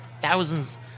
thousands